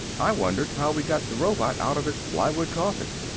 i wondered how we got the robot out of its plywood coffin.